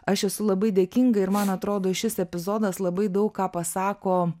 aš esu labai dėkinga ir man atrodo šis epizodas labai daug ką pasako